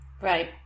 Right